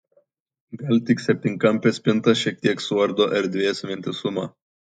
gal tik septynkampė spinta šiek tiek suardo erdvės vientisumą